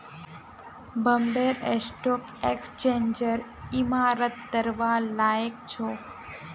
Bombay stock एक्सचेंजेर इमारत दखवार लायक छोक